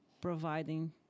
providing